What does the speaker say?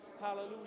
Hallelujah